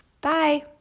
Bye